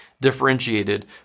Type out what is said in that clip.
differentiated